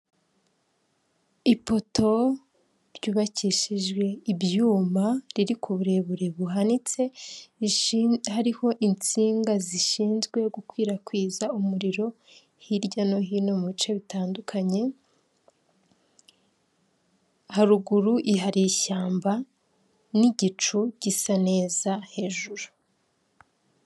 Inzu y'ubwisungane gusa hariho abakozi ba emutiyene n'abakiriya baje kugana ikigo cy'ubwisungane cyitwa buritamu, kiri mu nyubako isa n'iyubakishije amabati n'ibirahuri.